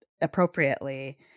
appropriately